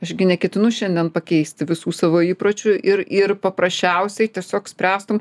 aš gi neketinu šiandien pakeisti visų savo įpročių ir ir paprasčiausiai tiesiog spręstum